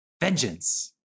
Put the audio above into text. Vengeance